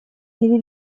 или